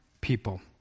people